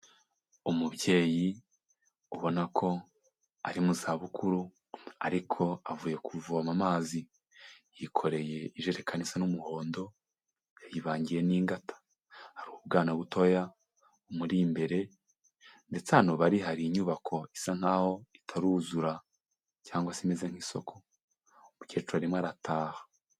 Umubyeyi ubona ko ari mu zabukuru ariko avuye kuvoma amazi, yikoreye ijerekani isa n'umuhondo yayibangiye n'ingata, hari ubwana butoya bumuri imbere ndetse ahantu bari hari inyubako isa nkaho itaruzura cyangwa se imeze nk'isoko, umukecuru arimo arataha.